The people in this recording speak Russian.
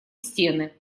стены